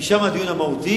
כי שם הדיון המהותי.